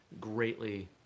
greatly